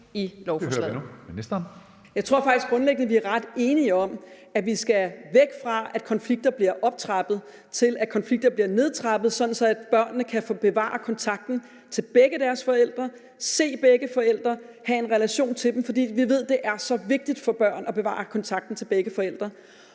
Jeg tror faktisk, at vi grundlæggende er ret enige om, at vi skal væk fra det, at konflikter bliver optrappet, til det, at konflikter bliver nedtrappet, sådan at børnene kan få bevaret kontakten til begge deres forældre, se begge forældre og have en relation til dem. For vi ved, det er så vigtigt for børn at bevare kontakten til begge forældre.